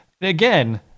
again